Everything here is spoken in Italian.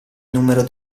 numero